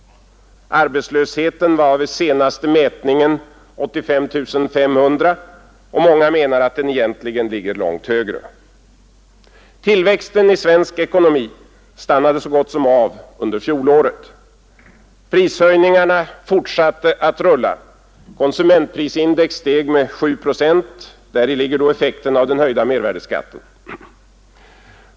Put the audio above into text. Arbetslösheten var vid senaste mätningen 85 500 och många menar att den egentligen ligger långt högre. Tillväxten i svensk ekonomi avstannade så gott som helt under fjolåret. Prishöjningarna fortsatte att rulla — konsumentprisindex steg med 7 procent, men däri ligger också effekten av den höjda mervärdeskatten.